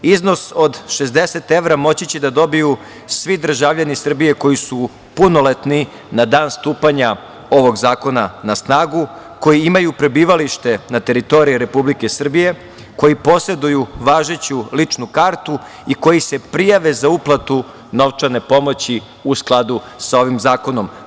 Iznos od 60 evra moći će da dobiju svi državljani Srbije koji su punoletni na dan stupanja ovog zakona na snagu koji imaju prebivalište na teritoriji Republike Srbije, koji poseduju važeću ličnu kartu i koji se prijave za uplatu novčane pomoći u skladu sa ovim zakonom.